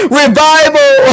revival